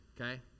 okay